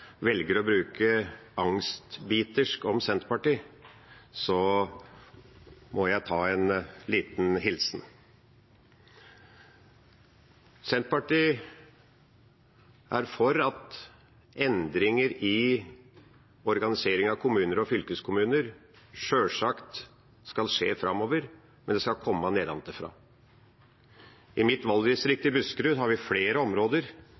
velger å bruke «angstbitersk» om Senterpartiet, må jeg ta en liten hilsen. Senterpartiet er for at endringer i organisering av kommuner og fylkeskommuner sjølsagt skal skje framover, men det skal komme nedenfra. I mitt valgdistrikt i Buskerud har vi flere områder